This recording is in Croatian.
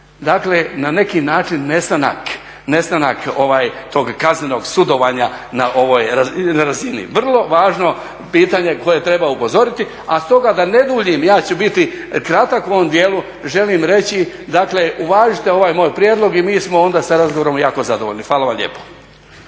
dakle na neki način nestanak tog kaznenog sudovanja na ovoj razini. Vrlo važno pitanje koje treba upozoriti, a stoga da ne duljim, ja ću biti kratak u ovom dijelu. Želim reći, dakle, uvažite ovaj moj prijedlog i mi smo onda sa razgovorom jako zadovoljni. Hvala vam lijepo.